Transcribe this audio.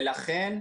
ולכן,